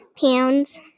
pounds